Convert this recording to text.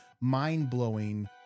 mind-blowing